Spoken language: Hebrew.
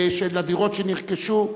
של הדירות שנרכשו.